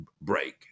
break